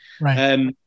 Right